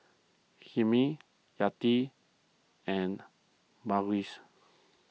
Hilmi Yati and